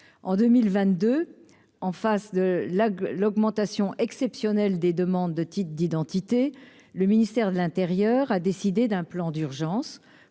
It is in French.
en 2022 en face de la l'augmentation exceptionnelle des demandes de titres d'identité, le ministère de l'Intérieur a décidé d'un plan d'urgence